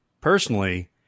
personally